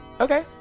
Okay